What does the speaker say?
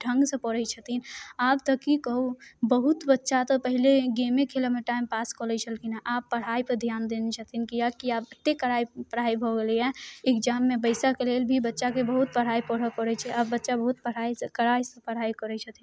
ढङ्गसँ पढ़ै छथिन आब तऽ की कहु बहुत बच्चा तऽ पहिले गेमे खेलऽमे टाइम पास कऽ दै छलखिन हँ आब पढ़ाइपर ध्यान देने छथिन किएक कि आब एते कड़ाइ पढ़ाइ भऽ गेलैए एक्जाममे बैसऽ के लेल भी बच्चाके बहुत पढ़ाइ पढ़ऽ पड़ै छै आब बच्चा बहुत पढ़ाइ कड़ाइसँ पढ़ाइ करै छथिन